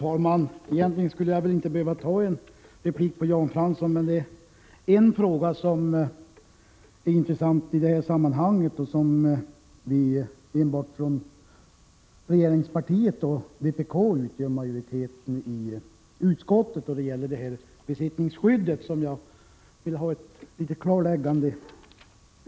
Herr talman! Jag skulle inte ha behövt begära replik mot Jan Fransson, om det inte hade varit för den i detta sammanhang intressanta frågan om besittningsskyddet, där vpk tillsammans med regeringspartiet står för majoritetsuppfattningen i utskottet. Jag vill på den punkten ha ett litet klarläggande.